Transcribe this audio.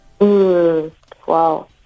Wow